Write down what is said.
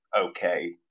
okay